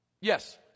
Yes